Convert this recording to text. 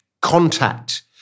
contact